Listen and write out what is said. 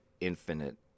infinite